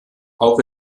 auch